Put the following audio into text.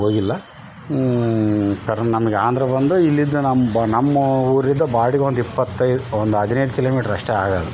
ಹೋಗಿಲ್ಲ ಕರ್ ನಮ್ಗೆ ಆಂದ್ರ ಬಂದು ಇಲ್ಲಿಂದ ನಮ್ಮ ಬ ನಮ್ಮ ಊರಿಂದ ಬಾಡಿಗೆ ಒಂದು ಇಪ್ಪತ್ತೈದು ಒಂದು ಹದಿನೈದು ಕಿಲೋಮೀಟ್ರ್ ಅಷ್ಟೇ ಆಗೋದು